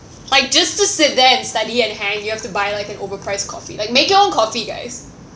like just to sit there and study and hang you have to buy like an overpriced coffee like make your own coffee guys